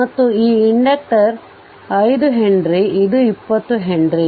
ಮತ್ತು ಈ inductor 5 henry ಇದು 20 ಹೆನ್ರಿ